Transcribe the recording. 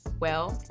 well,